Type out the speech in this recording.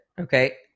okay